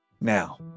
Now